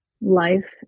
life